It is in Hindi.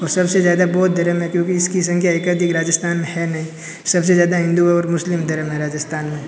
और सबसे ज़्यादा बौद्ध धर्म है क्योंकि इसकी संख्या एकाधिक राजस्थान में है नहीं सबसे ज़्यादा हिन्दू और मुस्लिम धर्म है राजस्थान में